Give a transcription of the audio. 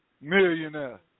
Millionaire